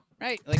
right